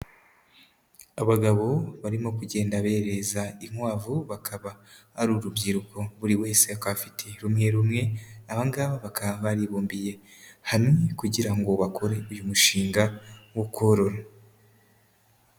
Abagabo barimo kugenda berereza inkwavu bakaba ari urubyiruko, buri wese akabafitiye rumwe rumwe, aba ngabo bakaba baribumbiye hamwe kugira ngo bakore uyu mushinga wo korora.